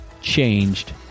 changed